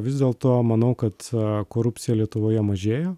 vis dėlto manau kad korupcija lietuvoje mažėja